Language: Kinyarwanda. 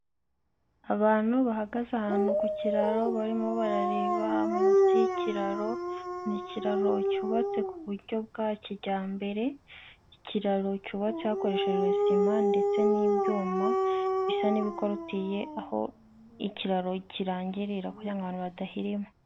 Abantu bahagaze ahantu ku kiraro barimo barareba munsi y'ikiraro, ni ikiraro cyubatse ku buryo bwa kijyambere, ikiraro cyubatse hakoreshejwe sima ndetse n'ibyuma bisa n'ibikorotiye aho ikiraro kirangirira kugira ngo abantu badahirima.